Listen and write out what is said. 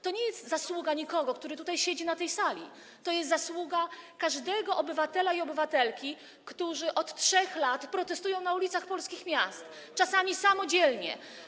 To nie jest zasługa nikogo, kto siedzi na tej sali, to jest zasługa każdego obywatela i każdej obywatelki, którzy od 3 lat protestują na ulicach polskich miast, czasami samodzielnie.